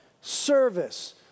service